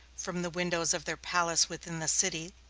from the windows of their palace within the city,